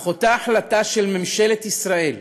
אך אותה החלטה של ממשלת ישראל